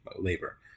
labor